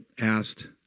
asked